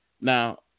now